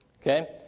Okay